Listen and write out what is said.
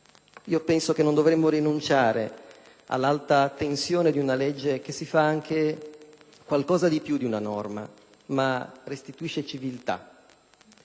Penso che non dovremmo rinunciare all'alta tensione di una legge che possa essere qualcosa di più di una norma, ma restituisca civiltà.